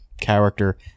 character